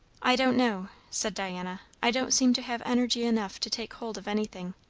i don't know, said diana. i don't seem to have energy enough to take hold of anything.